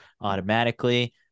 automatically